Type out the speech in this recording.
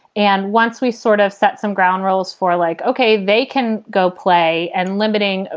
and once we sort of set some ground rules for like, ok, they can go play and limiting,